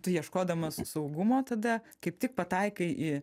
tu ieškodamas saugumo tada kaip tik pataikai į